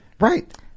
Right